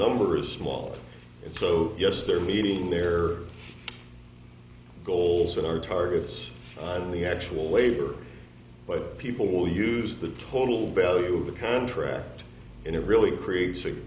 number is small so yes they're meeting their goals with our targets on the actual labor but people will use the total value of the contract in a really creates